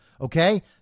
Okay